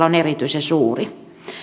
on erityisen suuri